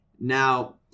Now